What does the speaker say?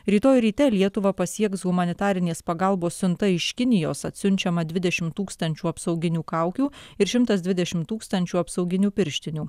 rytoj ryte lietuvą pasieks humanitarinės pagalbos siunta iš kinijos atsiunčiama dvidešim tūkstančių apsauginių kaukių ir šimtas dvidešim tūkstančių apsauginių pirštinių